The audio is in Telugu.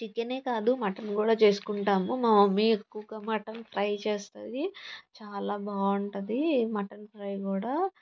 చికెనే కాదు మటన్ కూడా చేసుకుంటాము మా మమ్మీ ఎక్కువగా మటన్ ఫ్రై చేస్తుంది చాలా బాగుంటుంది మటన్ ఫ్రై కూడా